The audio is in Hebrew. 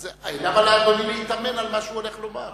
אז למה לאדוני להתאמן על מה שהוא הולך לומר?